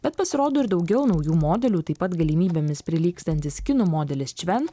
bet pasirodo ir daugiau naujų modelių taip pat galimybėmis prilygstantis kinų modelis šven